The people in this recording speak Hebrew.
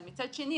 אבל מצד שני,